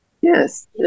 Yes